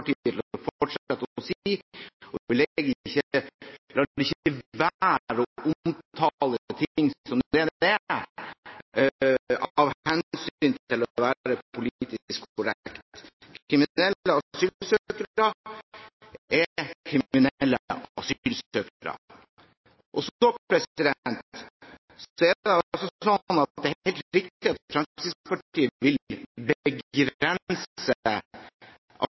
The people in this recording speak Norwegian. kommer Fremskrittspartiet til å fortsette å si. Vi lar ikke være å omtale ting som de er, av hensyn til å være politisk korrekt. Kriminelle asylsøkere er kriminelle asylsøkere. Så er det helt riktig at Fremskrittspartiet vil begrense asylinnvandringen til kongeriket. Det er helt riktig. Vi vil